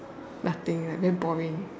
nothing lah damn boring